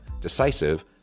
decisive